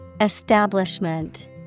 Establishment